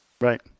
Right